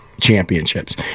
championships